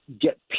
get